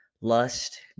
lust